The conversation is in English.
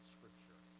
Scripture